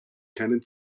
keinen